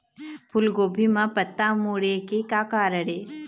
फूलगोभी म पत्ता मुड़े के का कारण ये?